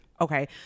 okay